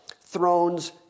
thrones